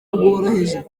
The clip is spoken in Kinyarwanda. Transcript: bworoheje